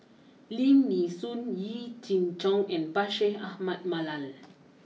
Lim Nee Soon Yee Jenn Jong and Bashir Ahmad Mallal